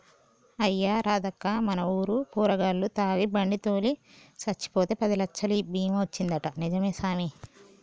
అయ్యా రాదక్కా మన ఊరు పోరగాల్లు తాగి బండి తోలి సచ్చిపోతే పదిలచ్చలు బీమా వచ్చిందంటా నిజమే సామి